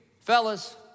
fellas